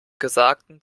gesagten